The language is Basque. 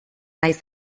naiz